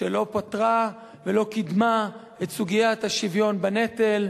שלא פתרה ולא קידמה את סוגיית השוויון בנטל.